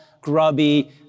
grubby